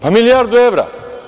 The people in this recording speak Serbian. Pa, milijardu evra.